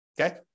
Okay